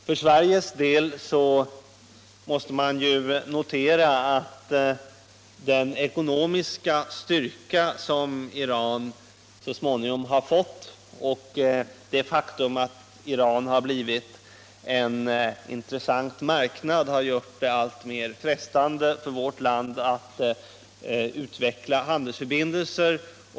För Sveriges del måste vi notera att den ekonomiska styrka som Iran så småningom har fått och det faktum att landet har blivit en intressant marknad har gjort det alltmera frestande för vårt land att utveckla handelsförbindelserna med Iran.